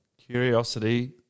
Curiosity